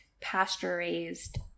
pasture-raised